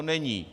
Není!